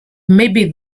maybe